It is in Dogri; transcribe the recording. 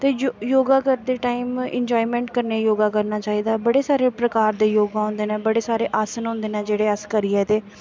ते योगा करदे टाईम इंजाएमैंट कन्नै योगा करना चाहिदा ऐ बड़े सारे प्रकार दे योगा होंदे न बड़े सारे आसन होंदे न जेह्ड़े अस करियै ते